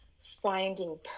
finding